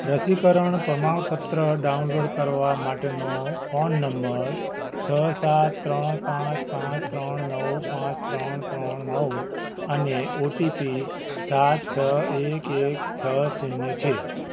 રસીકરણ પ્રમાણપત્ર ડાઉનલોડ કરવા માટેનો ફોન નંબર છ સાત ત્રણ પાંચ પાંચ ત્રણ નવ પાંચ ત્રણ ત્રણ નવ અને ઓ ટી પી સાત છ એક એક છ શૂન્ય છે